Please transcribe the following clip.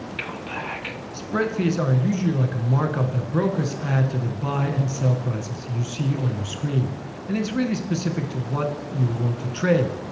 back. spread fees are usually like a markup that brokers add to the buy and sell prices you see on your screen and it's really specific to what you want to trade.